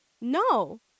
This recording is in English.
No